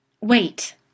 Wait